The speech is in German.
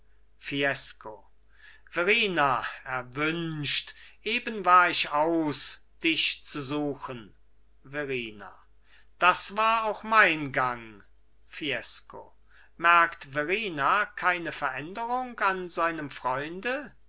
fiesco verrina erwünscht eben war ich aus dich zu suchen verrina das war auch mein gang fiesco merkt verrina keine veränderung an seinem freunde